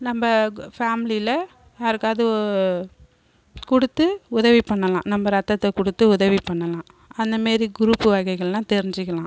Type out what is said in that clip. நம்ம ஃபேம்லியில் யாருக்காவது கொடுத்து உதவி பண்ணலாம் நம்ம இரத்தத்தை கொடுத்து உதவி பண்ணலாம் அந்த மாரி குரூப்பு வகைகளெலாம் தெரிஞ்சுக்கலாம்